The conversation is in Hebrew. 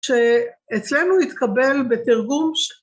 שאצלנו התקבל בתרגום של..